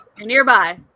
Nearby